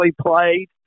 played